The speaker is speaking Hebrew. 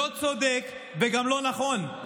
לא צודק וגם לא נכון.